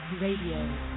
Radio